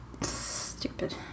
Stupid